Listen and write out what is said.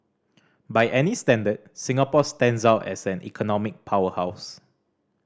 by any standard Singapore stands out as an economic powerhouse